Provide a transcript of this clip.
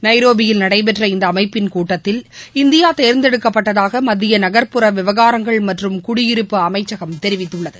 நைரோபியில் நடைபெற்ற இந்த அமைப்பிள் கூட்டத்தில் இந்தியா தேர்ந்தெடுக்கப்பட்டதாக மத்திய நகர்புற விவகாரங்கள் மற்றும் குடியிருப்பு அமைச்சம் தெரிவித்துள்ளது